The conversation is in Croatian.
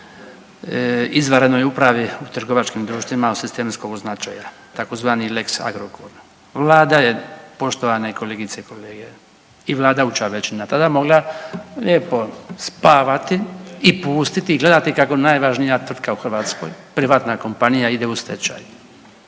izvanrednoj upravi u trgovačkim društvima od sistemskog značaja tzv. lex Agrokor. Vlada je poštovane kolegice i kolege i vladajuća većina tada mogla lijepo spavati i pustiti i gledati kako najvažnija tvrtka u Hrvatskoj, privatna kompanija ide u stečaj